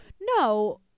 no